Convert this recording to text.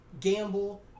gamble